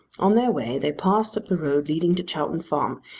on their way they passed up the road leading to chowton farm,